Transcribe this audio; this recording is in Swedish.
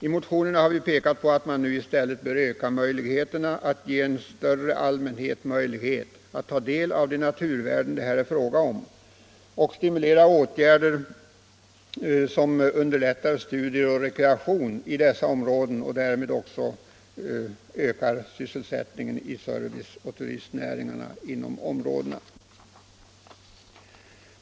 I motionerna har vi pekat på att man nu i stället bör öka möjligheterna att ge en större allmänhet tillfälle att ta del av de naturvärden det här är fråga om samt stimulera studier och rekreation i dessa områden och därmed också öka sysselsättningen i serviceoch turistnäringarna i de orter som berörs.